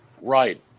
Right